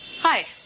hi.